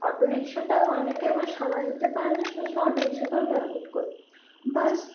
অটোরিক্সাটাও অনেকে আবার সামাল দিতে পারে না অটোরিক্সাটাও অ্যাভোয়েড করি বাস